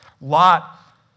Lot